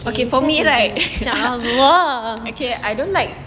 okay for me right okay I don't like